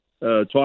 talk